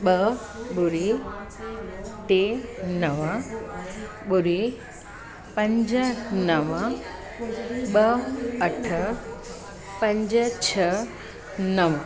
ॿ ॿुड़ी टे नव ॿुड़ी पंज नव ॿ अठ पंज छह नव